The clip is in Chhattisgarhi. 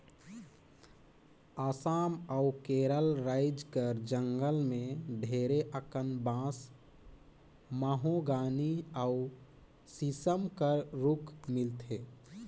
असम अउ केरल राएज कर जंगल में ढेरे अकन बांस, महोगनी अउ सीसम कर रूख मिलथे